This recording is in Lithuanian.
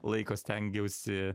laiko stengiausi